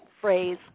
phrase